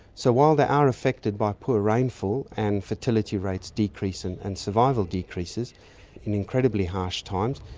so while they are affected by poor rainfall and fertility rates decrease and and survival decreases in incredibly harsh times,